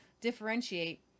differentiate